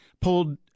pulled